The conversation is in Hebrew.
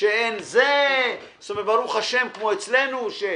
ברוך ה' כמו אצלנו,